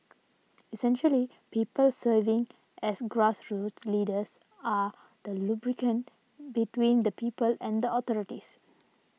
essentially people serving as grassroots leaders are the lubricant between the people and the authorities